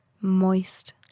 Moist